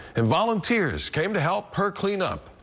and volunteers came to help her clean up.